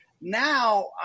Now